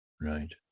right